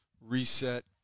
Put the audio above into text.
reset